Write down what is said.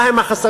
מה הם החסמים,